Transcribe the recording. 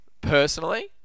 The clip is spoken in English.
personally